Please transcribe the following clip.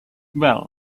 well